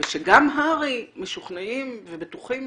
ושגם הר"י משוכנעים ובטוחים